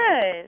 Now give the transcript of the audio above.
good